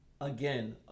again